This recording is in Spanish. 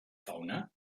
fauna